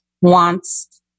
wants